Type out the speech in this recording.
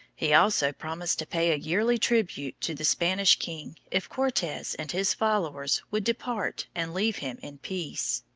he also promised to pay a yearly tribute to the spanish king if cortes and his followers would depart and leave him in peace.